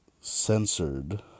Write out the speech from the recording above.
censored